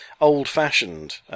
old-fashioned